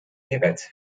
ehrgeiz